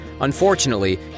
Unfortunately